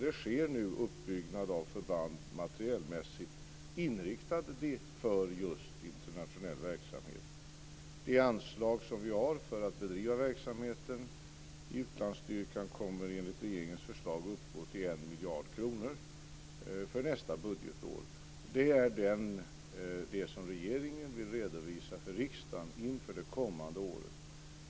Det sker nu uppbyggnad av förband materielmässigt, inriktat på just internationell verksamhet. Det anslag som vi har för utlandsstyrkan kommer enligt regeringens förslag att uppgå till 1 miljard kronor för nästa budgetår. Det är det som regeringen vill redovisa för riksdagen inför det kommande året.